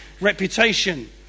reputation